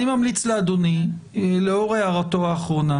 אני ממליץ לאדוני לאור הערתו האחרונה,